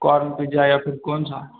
corn pizza या फिर कोन सा